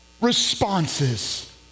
responses